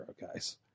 guys